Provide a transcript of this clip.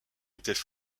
étaient